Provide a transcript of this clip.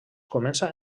comença